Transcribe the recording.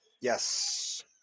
Yes